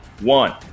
one